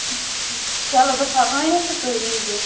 چلو بہٕ تھاوٕ ٲنِتھ تہٕ تُہۍ ییٖزیٚو